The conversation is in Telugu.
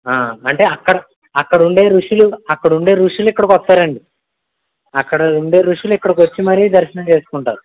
అంటే అక్కడ అక్కడ ఉండే ఋషులు అక్కడ ఉండే ఋషులు ఇక్కడికి వస్తారండి అక్కడ ఉండే ఋషులు ఇక్కడికి వచ్చి మరి దర్శనం చేసుకుంటారు